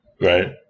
Right